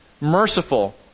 merciful